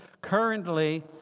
currently